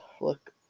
look